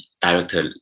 director